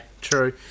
true